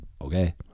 okay